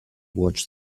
watch